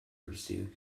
pursue